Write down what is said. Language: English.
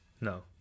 No